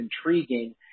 intriguing